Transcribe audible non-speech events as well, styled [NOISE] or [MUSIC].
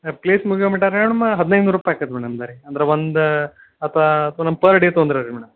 place ಮುಗಿಯೋ ಮಟ ಅಂದ್ರೆ ಮೇಡಮ ಹದಿನೈದು ನೂರು ರೂಪಾಯಿ ಆಗ್ತದೆ ಮೇಡಮ್ ಬರೀ ಅಂದ್ರೆ ಒಂದು ಅಥವಾ ಅಥವಾ [UNINTELLIGIBLE] ಪರ್ ಡೇ ತೊಗೊಂಡ್ರೆ ರೀ ಮೇಡಮ್